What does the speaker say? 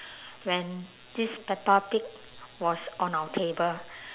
when this peppa pig was on our table